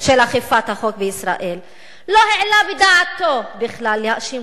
של אכיפת החוק בישראל לא העלה בדעתו להאשים